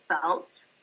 felt